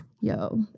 Yo